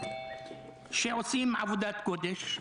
שעושים עבודת קודש,